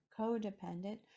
codependent